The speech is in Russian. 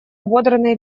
ободранный